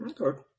Okay